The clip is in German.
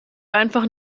einfach